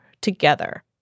together